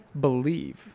believe